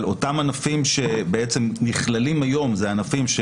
אבל אותם ענפים שנכללים היום הם ענפים,